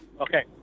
Okay